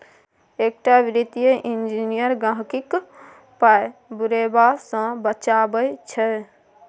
एकटा वित्तीय इंजीनियर गहिंकीक पाय बुरेबा सँ बचाबै छै